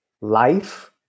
life